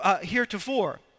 heretofore